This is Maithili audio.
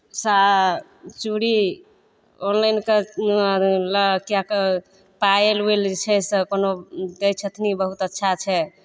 सा चूड़ी ऑनलाइन कऽ आर लेल किएकि पायल उयल जे छै से अपनो कहै छथिन बहुत अच्छा छै